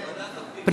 ועדת הפנים.